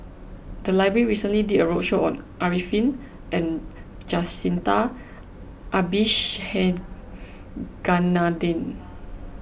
the library recently did a roadshow on Arifin and Jacintha Abisheganaden